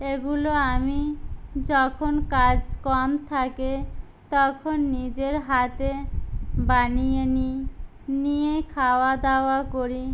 এগুলো আমি যখন কাজ কম থাকে তখন নিজের হাতে বানিয়ে নিই নিয়ে খাওয়া দাওয়া করি